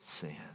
sin